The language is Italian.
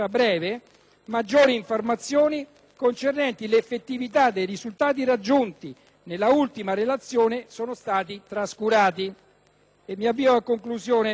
maggiori informazioni riguardanti l'effettività dei risultati raggiunti. Nell'ultima relazione sono stati trascurati.